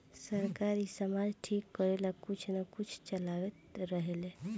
सरकार इ समाज ठीक करेला कुछ न कुछ चलावते रहेले